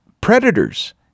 predators